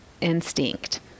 instinct